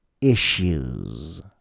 issues